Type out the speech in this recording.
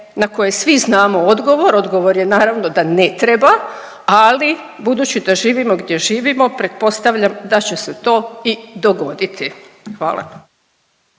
na koje svi znamo odgovor, odgovor je naravno da ne treba, ali budući da živimo gdje živimo pretpostavljam da će se to i dogoditi, hvala.